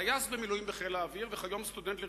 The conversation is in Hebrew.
טייס במילואים בחיל האוויר וכיום סטודנט לרפואה.